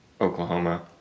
Oklahoma